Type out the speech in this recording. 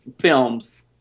films